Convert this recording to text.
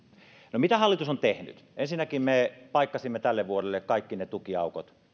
no mitä hallitus on tehnyt ensinnäkin me paikkasimme tälle vuodelle kaikki ne tukiaukot